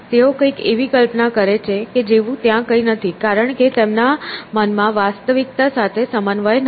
તેઓ કંઈક એવી કલ્પના કરે છે કે જેવું ત્યાં કંઈ નથી કારણ કે તેમના મનમાં વાસ્તવિકતા સાથે સમન્વય નથી